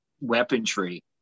weaponry